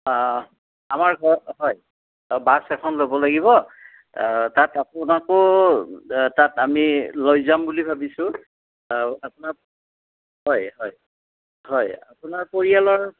আমাৰ ঘৰ হয় বাছ এখন ল'ব লাগিব তাত আপোনাকো তাত আমি লৈ যাম বুলি ভাবিছোঁ আপোনাৰ হয় হয় হয় আপোনাৰ পৰিয়ালৰ